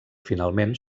finalment